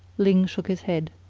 ling shook his head.